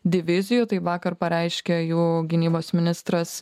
divizijų tai vakar pareiškė jų gynybos ministras